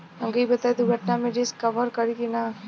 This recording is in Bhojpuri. हमके ई बताईं दुर्घटना में रिस्क कभर करी कि ना?